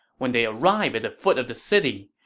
when they arrived at the foot of the city,